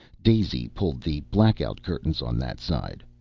daisy pulled the black-out curtains on that side.